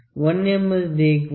D 1n M